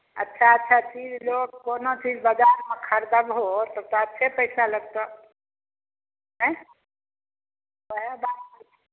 अच्छा अच्छा चीज लोक कोनो चीज बजारमे खरदबहो तब तऽ अच्छे पैसा लगतऽ ऑंय ओहए बात